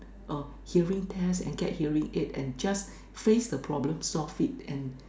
a hearing test and get hearing aid and just face the problem solve it and